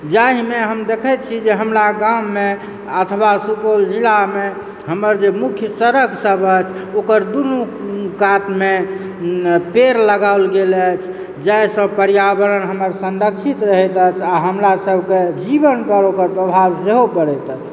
जाहिमे हम देखैत छी जे हमरा गाममे अथवा सुपौल जिलामे हमर जे मुख्य सड़कसभ अछि ओकर दुनू कातमे पेड़ लगाओल गेल अछि जाहिसँ पर्यावरण हमर संरक्षित रहैत अछि आ हमरा सभक जीवन पर ओकर प्रभाव सेहो पड़ैत अछि